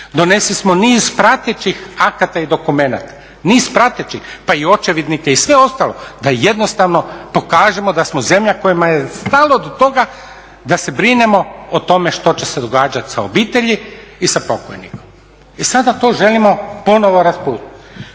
Donesli smo niz pratećih akata i dokumenata, niz pratećih pa očevidnike i sve ostalo da jednostavno pokažemo da smo zemlja kojima je stalo do toga da se brinemo o tome što se će događati sa obitelji i sa pokojnikom i sada to želimo ponovo … Znate,